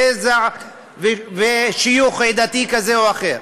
גזע או שיוך דתי כזה או אחר.